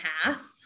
half